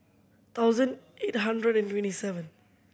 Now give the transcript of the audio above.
thousand eight hundred and twenty seven